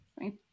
right